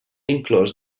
inclòs